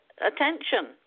attention